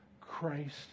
Christ